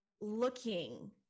looking